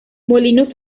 molinos